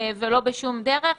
ולא בשום דרך.